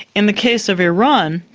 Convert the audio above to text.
in the case of iran,